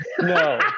No